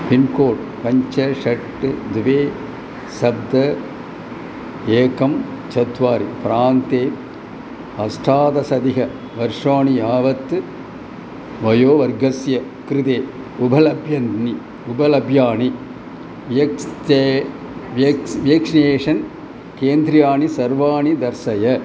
pincode पञ्च षट् द्वे सप्त एकं चत्वारि प्रान्ते अष्टादशाधिकवर्षाणि यावत् वयोवर्गस्य कृते उपलभ्यानि उपलभ्यानि व्यक्स्ते वेक्स् वेक्सिनेषन् केन्द्राणि सर्वाणि दर्शय